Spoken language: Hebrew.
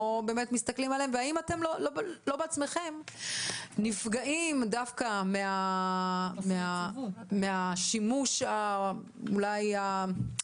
והאם אתם לא בעצמכם נפגעים דווקא מהשימוש אני